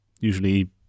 usually